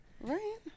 right